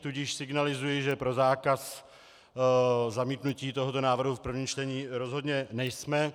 Tudíž signalizuji, že pro zákaz, zamítnutí tohoto návrhu v prvním čtení rozhodně nejsme.